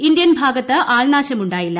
Indian ഭാഗത്ത് ആൾനാശമുണ്ടായില്ല